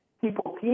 people